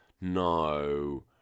no